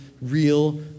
real